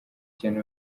cyane